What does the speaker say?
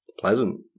Pleasant